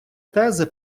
тези